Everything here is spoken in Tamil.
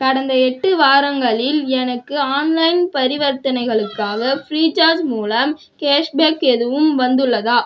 கடந்த எட்டு வாரங்களில் எனக்கு ஆன்லைன் பரிவர்த்தனைகளுக்காக ஃப்ரீ சார்ஜ் மூலம் கேஷ் பேக் எதுவும் வந்துள்ளதா